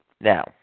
Now